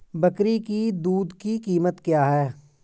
बकरी की दूध की कीमत क्या है?